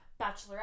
bachelorette